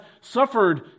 suffered